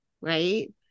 right